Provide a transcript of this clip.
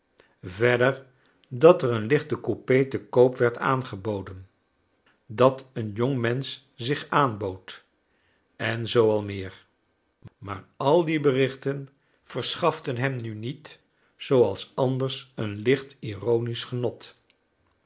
verder dat er een lichte coupé te koop werd aangeboden dat een jong mensch zich aanbood en zoo al meer maar al die berichten verschaften hem nu niet zooals anders een licht ironisch genot